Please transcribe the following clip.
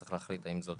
צריך להחליט האם זאת